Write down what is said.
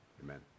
Amen